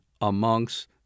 amongst